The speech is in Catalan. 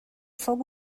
foc